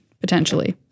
Potentially